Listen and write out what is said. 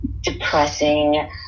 depressing